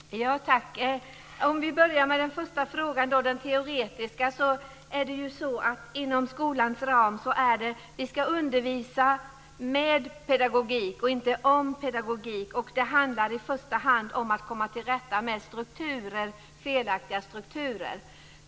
Fru talman! Jag börjar med den första frågan, den teoretiska. Inom skolans ram ska undervisningen ske med pedagogik och inte om pedagogik. Det handlar i första hand om att komma till rätta med felaktiga strukturer.